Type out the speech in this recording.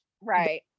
Right